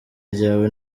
ryawe